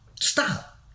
stop